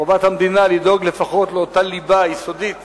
חובת המדינה לדאוג לפחות לאותה ליבה יסודית